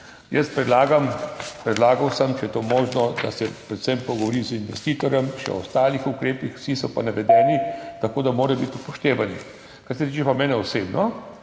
Predlagam, predlagal sem, če je to možno, da se predvsem pogovori z investitorjem še o ostalih ukrepih, vsi so pa navedeni, tako da morajo biti upoštevani. Kar se tiče mene osebno,